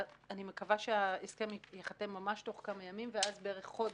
אני מקווה שההסכם ייחתם ממש תוך כמה ימים ואז בערך חודש,